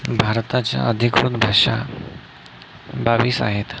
भारताच्या अधिकृत भाषा बावीस आहेत